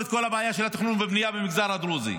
את כל הבעיה של התכנון והבנייה במגזר הדרוזי,